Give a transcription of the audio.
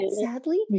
sadly